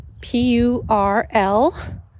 P-U-R-L